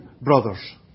brothers